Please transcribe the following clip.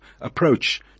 approach